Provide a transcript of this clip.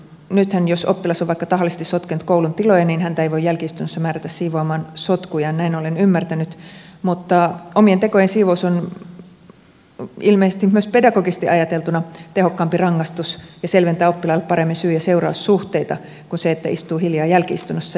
nythän jos oppilas on vaikka tahallisesti sotkenut koulun tiloja häntä ei voi jälki istunnossa määrätä siivoamaan sotkujaan näin olen ymmärtänyt mutta omien tekojen siivous on ilmeisesti myös pedagogisesti ajateltuna tehokkaampi rangaistus ja selventää oppilaalle paremmin syy ja seuraussuhteita kuin se että istuu hiljaa jälki istunnossa